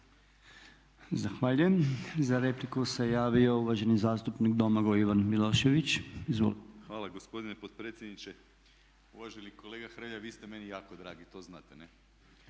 Zahvaljujem. Za repliku se javio uvaženi zastupnik Domagoj Ivan Milošević. Izvolite. **Milošević, Domagoj Ivan (HDZ)** Hvala gospodine potpredsjedniče. Uvaženi kolega Hrelja, vi ste meni jako dragi, to znate ne,